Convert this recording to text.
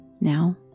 Now